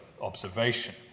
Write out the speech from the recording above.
observation